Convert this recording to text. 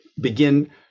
begin